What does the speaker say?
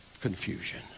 confusion